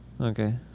Okay